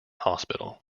hospital